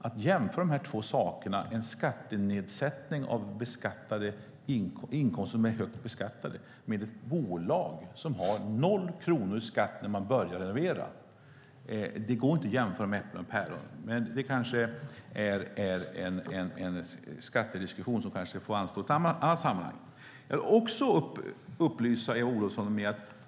Att jämföra de två sakerna - en skattenedsättning av inkomster som är högt beskattade med ett bolag som har noll kronor i skatt när man börjar renovera - är som att jämföra äpplen med päron. Men det kanske är en skattediskussion som får anstå till ett annat sammanhang. Jag vill också upplysa Eva Olofsson om något annat.